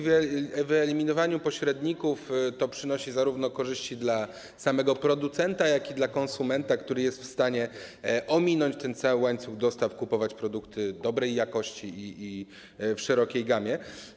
Wyeliminowanie pośredników przyniesie korzyści zarówno dla samego producenta, jak i dla konsumenta, który jest w stanie ominąć ten cały łańcuch dostaw, kupować produkty dobrej jakości i w szerokiej gamie.